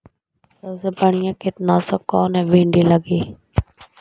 सबसे बढ़िया कित्नासक कौन है भिन्डी लगी?